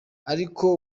ariko